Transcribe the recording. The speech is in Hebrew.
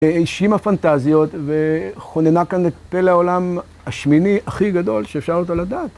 הגשימה הפנטזיות, וכוננה כאן את פלא העולם השמיני הכי גדול שאפשר אותו לדעת.